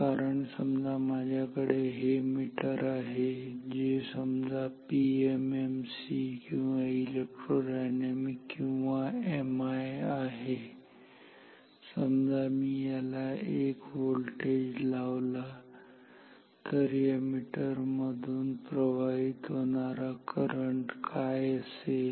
कारण समजा माझ्याकडे हे मीटर आहे जे समजा पीएमएमसी किंवा इलेक्ट्रोडायनामिक किंवा एमआय आहे समजा मी याला 1 व्होल्टेज V लावला तर या मीटर मधून प्रवाहित होणारा करंट काय असेल